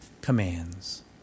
commands